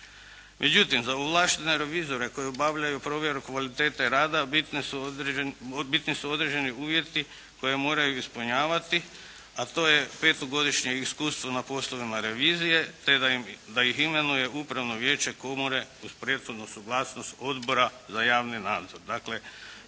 Međutim, za ovlaštene revizore koji obavljaju provjeru kvalitete rada bitni su određeni uvjeti koje moraju ispunjavati, a to je petogodišnje iskustvo na poslovima revizije, te da ih imenuje upravno vijeće komore uz prethodnu suglasnost Odbora za javni nadzor,